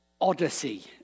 odyssey